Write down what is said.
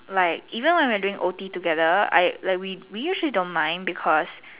like even when we were doing O_T together I like we we actually don't mind because